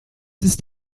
ist